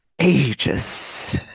ages